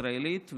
ישראלית,